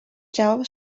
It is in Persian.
جواب